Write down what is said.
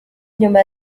nyuma